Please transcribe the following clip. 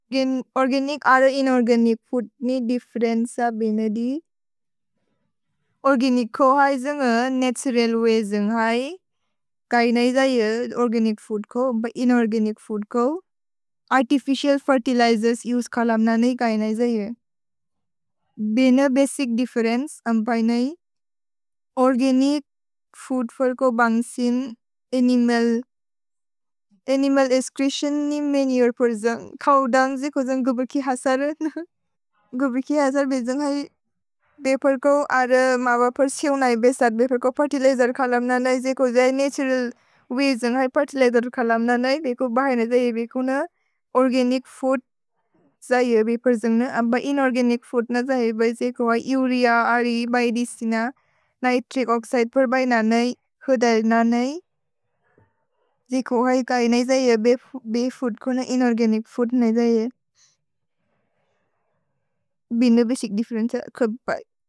ओर्गनिच् अर inorganic food नि difference अ बेने दि। ओर्गनिच् को है जन्ग् अ नतुरल् वय् जन्ग् है। कय न हि जये ओर्गनिच् फूद् को, इनोर्गनिच् फूद् को। अर्तिफिचिअल् फेर्तिलिजेर्स् उसे खलम् न न हि कय न हि जये। भेने बसिच् दिफ्फेरेन्चे अम्पै न हि। ओर्गनिच् फूद् फोर् को बन्सिन्, अनिमल्। अनिमल् एक्स्च्रेतिओन् नि मनुरे पोर् जन्ग्। खओ दन्ग् जि को जन्ग् गुबर्कि हसरत् न। गुबर्कि हसर् बे जन्ग् है। भेपर् को अर मव पर् स्यु न हि बेसद्। भेपर् को फेर्तिलिजेर् खलम् न न हि। जि को जन्ग् है नतुरल् वय् जन्ग् है। फेर्तिलिजेर् खलम् न न हि। भेको बहने जये बेको न। ओर्गनिच् फूद् जये बेपोर् जन्ग् न। अम्प इनोर्गनिच् फूद् न जये बे। जे को है उरेअ, रे, बिओदेचिने, नित्रिच् ओक्सिदे पोर् बै न न हि। खोदल् न न हि। जे को है कय न हि जये। भे फूद् को न इनोर्गनिच् फूद् न हि जये। भेने बसिच् दिफ्फेरेन्चे खबि बै।